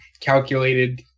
calculated